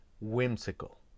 Whimsical